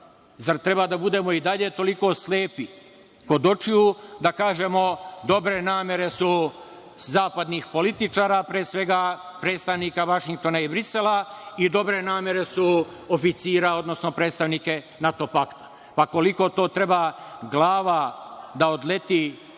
Zar treba da budemo i dalje toliko slepi kod očiju da kažemo – dobre namere su zapadnih političara, pre svega predstavnika Vašingtona i Brisela, i dobre namere su oficira, odnosno predstavnika NATO pakta? Pa, koliko to treba glava da odleti